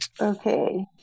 Okay